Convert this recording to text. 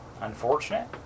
Unfortunate